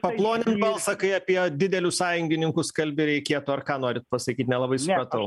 paplonint balsą kai apie didelius sąjungininkus kalbi reikėtų ar ką norit pasakyt nelabai supratau